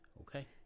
okay